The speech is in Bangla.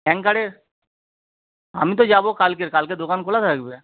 অ্যাঙ্কারের আমি তো যাবো কালকের কালকে দোকান খোলা থাকবে